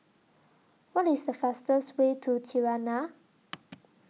What IS The fastest Way to Tirana